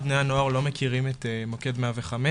בני הנוער לא מכירים את מוקד 105,